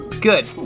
Good